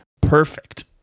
perfect